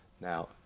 Now